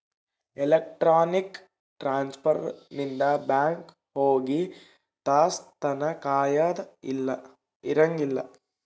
electronic transfer ಇಂದ bank ಹೋಗಿ ತಾಸ್ ತನ ಕಾಯದ ಇರಂಗಿಲ್ಲ